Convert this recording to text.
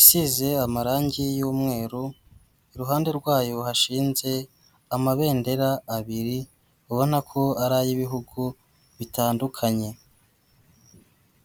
isize amarangi y'umweru iruhande rwayo hashinze amabendera abiri ubona ko ari ay'ibihugu bitandukanye.